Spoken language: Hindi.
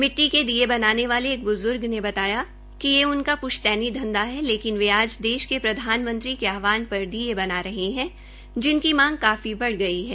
मिट्टी के दीये बनाने वाले ब्ज्र्ग ने बताया कि यह उनका प्श्तैनी धंधा है लेकिन वे आज देश के प्रधानमंत्री के आहवान पर दीये बना रहे है जिनकी मांग काफी बढ़ गई है